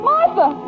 Martha